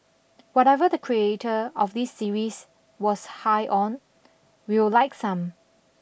whatever the creator of this series was high on we'll like some